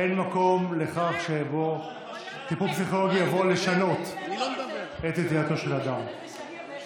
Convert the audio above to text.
אין מקום לכך שטיפול פסיכולוגי יבוא לשנות את נטייתו של אדם.